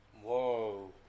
Whoa